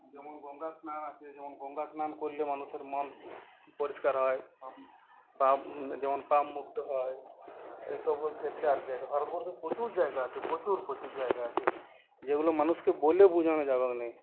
যেমন গঙ্গা স্নান আছে যেমন গঙ্গা স্নান করলে মানুষের মন পরিষ্কার হয় পাপ যেমন পাপ মুক্ত হয় এ সকল ক্ষেত্র আর কি আছে ভারতবর্ষে প্রচুর জায়গা আছে প্রচুর প্রচুর জায়গা আছে যেগুলো মানুষকে বলে বোঝানো যাবেক নি